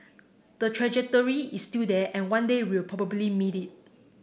the trajectory is still there and one day we'll probably meet it